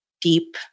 deep